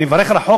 אני מברך על החוק,